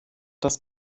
das